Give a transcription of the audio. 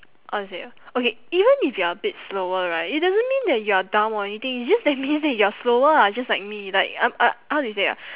how to say ah okay even if you are a bit slower right it doesn't mean that you are dumb or anything it just that means that you are slower ah just like me like uh uh how do you say ah